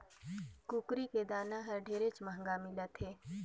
कुकरी के दाना हर ढेरेच महंगा मिलत हे